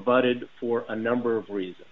rebutted for a number of reasons